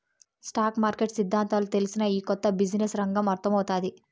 stock market సిద్దాంతాలు తెల్సినా, ఈ కొత్త బిజినెస్ రంగం అర్థమౌతాది